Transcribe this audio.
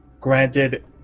Granted